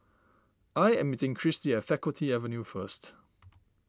I am meeting Kristi at Faculty Avenue first